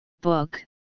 book